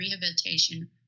rehabilitation